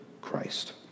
Christ